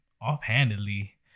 offhandedly